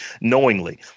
knowingly